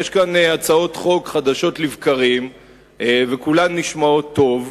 יש כאן הצעות חוק חדשות לבקרים וכולן נשמעות טוב.